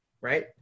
right